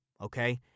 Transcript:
Okay